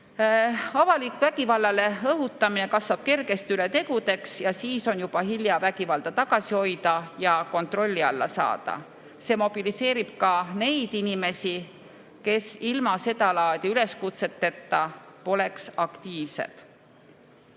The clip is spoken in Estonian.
Avalik vägivallale õhutamine kasvab kergesti üle tegudeks ja siis on juba hilja vägivalda tagasi hoida ja kontrolli alla saada. See mobiliseerib ka neid inimesi, kes ilma seda laadi üleskutseteta poleks aktiivsed.